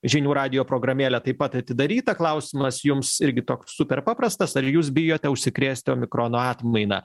žinių radijo programėlė taip pat atidaryta klausimas jums irgi toks super paprastas ar jūs bijote užsikrėsti omikrono atmaina